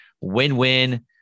win-win